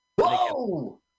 Whoa